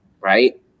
right